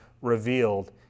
revealed